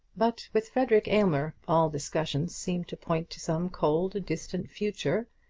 but with frederic aylmer all discussions seemed to point to some cold, distant future,